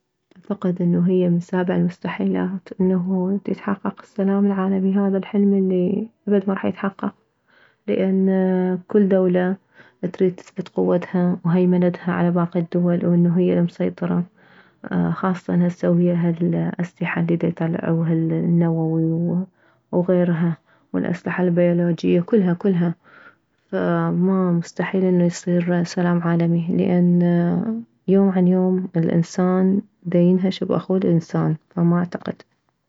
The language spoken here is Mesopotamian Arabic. اعتقد انه هي من سابع المستحيلات انه يتحقق السلام العالمي هذا الحلم الي ابد ما راح تحقق لان كل دولة تريد تثبت قوتها وهيمتنها على باقي الدول وانه هي المسيطرة خاصة هسه ويه هالاسلحة الي ديطلعوه النووي وغيرها والاسلحة البايولوجية كلها كلها فما مستحيل انه يصير سلام عالمي لان يوم عن يوم الانسان دينهش باخوه الانسان فما اعتقد